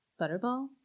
Butterball